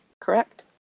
Correct